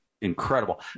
incredible